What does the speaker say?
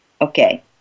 Okay